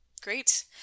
great